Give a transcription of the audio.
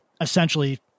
essentially